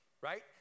Right